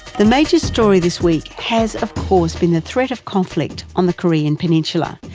the major story this week has of course been the threat of conflict on the korean peninsula.